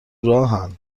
راهن